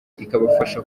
ikabafasha